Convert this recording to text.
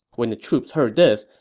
when the troops heard this,